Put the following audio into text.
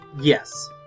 Yes